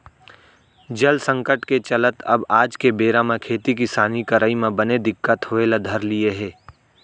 जल संकट के चलत अब आज के बेरा म खेती किसानी करई म बने दिक्कत होय ल धर लिये हे